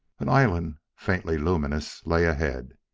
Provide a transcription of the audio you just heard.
an island, faintly luminous, lay ahead.